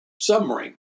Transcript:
submarine